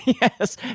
Yes